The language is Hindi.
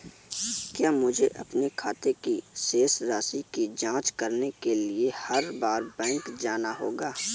क्या मुझे अपने खाते की शेष राशि की जांच करने के लिए हर बार बैंक जाना होगा?